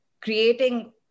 creating